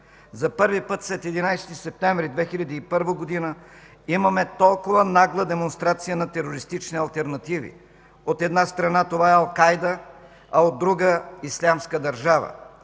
За първи път след 11 септември 2001 г., имаме толкова нагла демонстрация на терористични алтернативи. От една страна, това е „Ал Кайда”, а от друга – „Ислямска държава”.